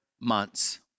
months